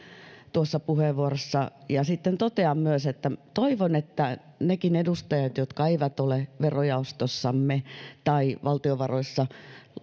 tuossa puheenvuorossaaan tekemiään muutosesityksiä ja totean myös että toivon että nekin edustajat jotka eivät ole verojaostossamme tai valtiovaroissa